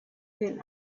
than